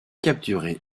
capturé